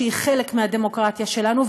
שהיא חלק מהדמוקרטיה שלנו,